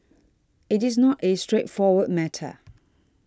it is not a straightforward matter